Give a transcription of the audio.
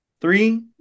Three